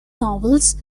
novels